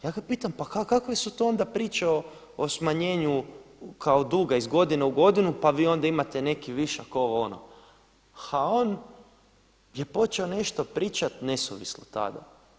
Ja ga pitam pa kakve stu onda priče o smanjenju kao duga iz godine u godinu pa vi onda imate neki višak ovo ono, a on je počeo nešto pričati nesuvislo tada.